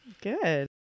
Good